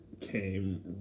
came